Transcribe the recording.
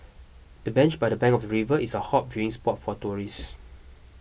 the bench by the bank of the river is a hot viewing spot for tourists